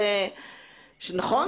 לא.